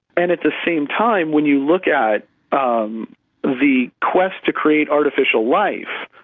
and at the same time when you look at um the quest to create artificial life,